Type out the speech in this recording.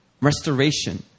restoration